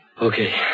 Okay